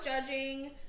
judging